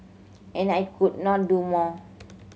and I could not do more